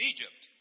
Egypt